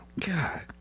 God